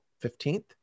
15th